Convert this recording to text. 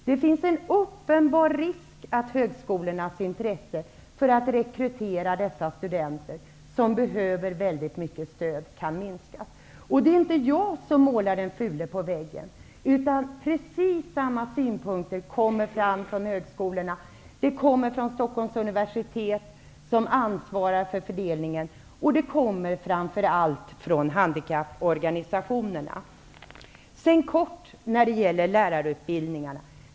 Det finns en uppenbar risk att högskolornas intresse för att rekrytera dessa studenter som behöver mycket stöd kan minska. Det är inte jag som målar den fule på väggen, utan precis samma synpunkter kommer från högskolorna och Stockholms universitet -- som ansvarar för fördelningen -- och från handikapporganisationerna. Vidare kort något om lärarutbildningarna.